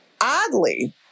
oddly